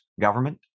government